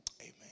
amen